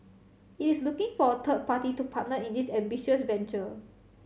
it is looking for a third party to partner in this ambitious venture